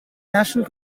national